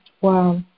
Wow